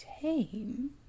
tame